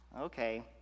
Okay